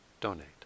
donate